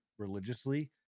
religiously